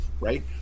right